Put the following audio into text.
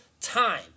time